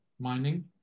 mining